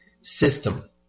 system